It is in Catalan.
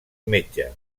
metge